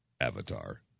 Avatar